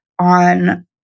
on